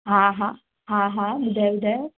हा हा हा हा ॿुधायो ॿुधायो